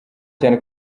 cyane